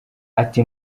ati